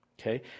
Okay